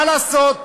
מה לעשות.